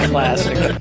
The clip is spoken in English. Classic